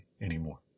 anymore